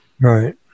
Right